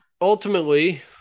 ultimately